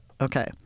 Okay